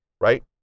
right